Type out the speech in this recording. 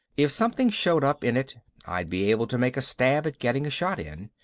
if something showed up in it i'd be able to make a stab at getting a shot in.